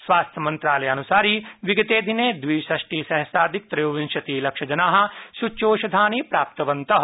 स्वास्थ्य मंत्रालयानुसारि विगते दिने द्विषट्टि सहघ्राधिक त्रयोविंशति लक्षजनाः सूच्यौषधानि प्राप्तवन्तः